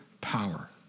power